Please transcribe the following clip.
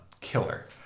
killer